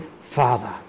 Father